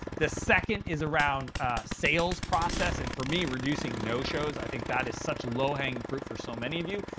the second is around sales process, and for me, reducing no-shows. i think that is such low hanging fruit for so many of you.